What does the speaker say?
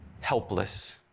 helpless